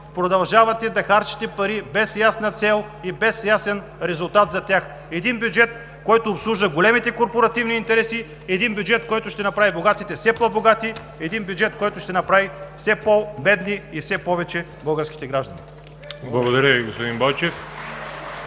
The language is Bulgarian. Продължавате да харчите пари без ясна цел и без ясен резултат за тях. Един бюджет, който обслужва големите корпоративни интереси, един бюджет, който ще направи богатите все по богати, един бюджет, който ще направи все по-бедни и все повече българските граждани. ПРЕДСЕДАТЕЛ ВАЛЕРИ